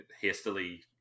hastily